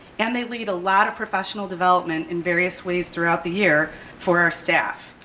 and they lead a lot of professional development in various ways throughout the year for our staff.